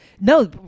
No